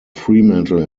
fremantle